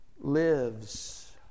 lives